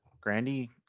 Grandy